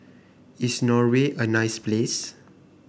is Norway a nice place